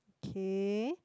okay